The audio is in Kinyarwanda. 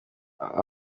aho